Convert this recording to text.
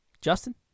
Justin